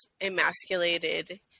emasculated